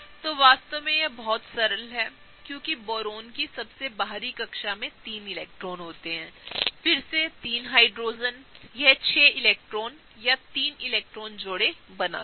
तो यह वास्तव में बहुत सरल है क्योंकि बोरोन की सबसे बाहरी कक्षा में 3 इलेक्ट्रॉन होते हैं और फिर से 3हाइड्रोजन यह 6 इलेक्ट्रॉन 3 इलेक्ट्रॉन जोड़े है